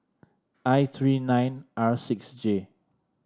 I three nine R six J